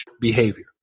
behavior